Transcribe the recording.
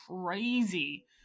crazy